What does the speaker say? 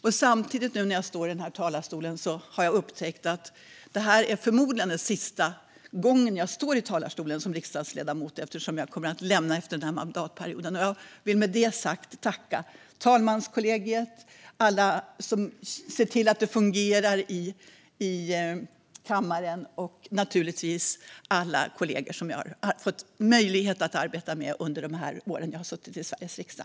När jag nu står här i talarstolen har jag upptäckt att det förmodligen är sista gången jag gör det som riksdagsledamot eftersom jag kommer att lämna riksdagen efter denna mandatperiod. Jag vill med detta sagt tacka talmanskollegiet, alla som ser till att det fungerar i kammaren och naturligtvis alla kollegor som jag har fått möjlighet att arbeta med under de år jag har suttit i Sveriges riksdag.